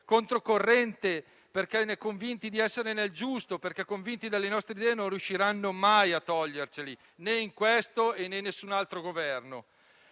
controcorrente perché convinti di essere nel giusto, perché convinti delle nostre idee, non riusciranno mai a toglierceli né in questo, né in nessun altro Governo.